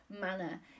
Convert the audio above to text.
manner